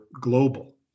global